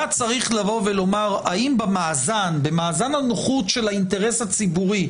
צריך לבוא ולומר: האם במאזן הנוחות של האינטרס הציבורי,